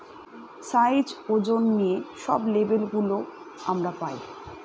size, ওজন নিয়ে সব লেবেল গুলো আমরা পায়